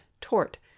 tort